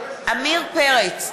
עמיר פרץ,